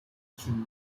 chimney